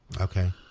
Okay